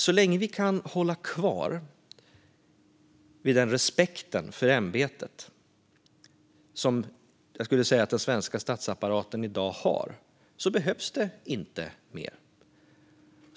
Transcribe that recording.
Så länge vi kan hålla kvar vid den respekt för ämbetet som jag skulle säga att den svenska statsapparaten i dag har behövs det inte mer.